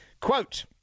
Quote